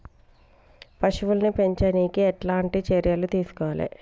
పశువుల్ని పెంచనీకి ఎట్లాంటి చర్యలు తీసుకోవాలే?